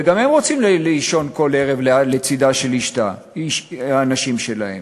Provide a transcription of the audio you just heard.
וגם הם רוצים לישון כל ערב לצד הנשים שלהם.